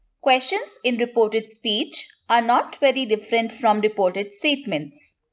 questions in reported speech are not very different from reported statements.